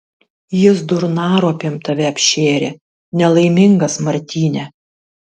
jis durnaropėm tave apšėrė nelaimingas martyne